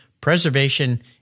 Preservation